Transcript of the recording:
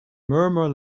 murmur